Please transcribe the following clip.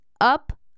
up